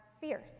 fierce